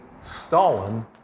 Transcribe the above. Stalin